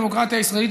הדמוקרטיה הישראלית,